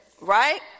right